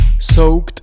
Soaked